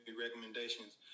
recommendations